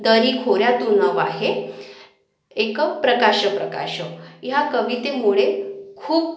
दरीखोऱ्यातून वाहे एक प्रकाश प्रकाश ह्या कवितेमुळे खूप